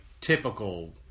typical